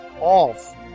off